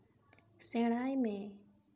ᱥᱮᱬᱟᱭ ᱢᱮ